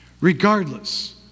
Regardless